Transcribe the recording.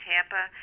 Tampa